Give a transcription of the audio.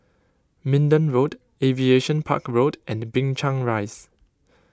Minden Road Aviation Park Road and Binchang Rise